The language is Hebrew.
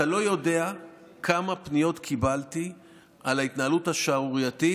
אתה לא יודע כמה פניות קיבלתי על ההתנהלות השערורייתית